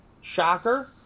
Shocker